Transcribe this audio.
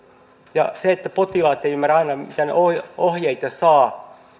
se että potilaat eivät ymmärrä aina niitä ohjeita mitä he saavat